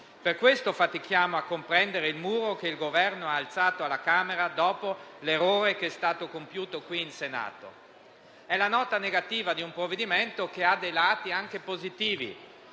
Per questo fatichiamo a comprendere il muro che il Governo ha alzato alla Camera, dopo l'errore che è stato compiuto qui in Senato. È la nota negativa di un provvedimento che ha dei lati anche positivi.